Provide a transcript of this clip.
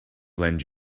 lend